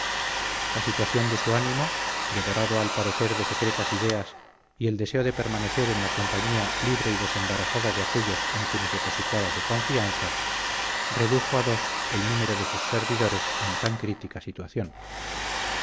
la situación de su ánimo devorado al parecer de secretas ideas y el deseo de permanecer en la compañía libre y desembarazada de aquéllos en quienes depositaba su confianza redujo a dos el número de sus servidores en tan crítica situación